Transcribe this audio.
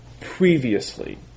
previously